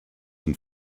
and